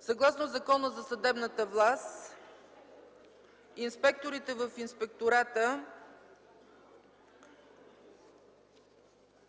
Съгласно Закона за съдебната власт, инспекторите в Инспектората